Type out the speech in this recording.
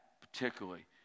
particularly